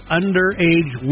underage